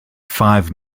five